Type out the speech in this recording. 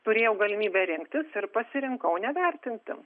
turėjau galimybę rinktis ir pasirinkau nevertinti